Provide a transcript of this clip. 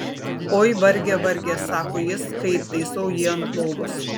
oi varge varge sako jis kai įtaisau jį ant lovos